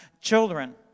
children